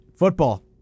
Football